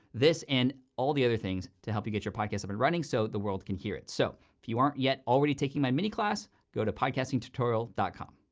this and all the other things, to help you get your podcast up and running so the world can hear it. so, if you aren't yet already taking my mini class, go to podcastingtutorial com.